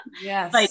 Yes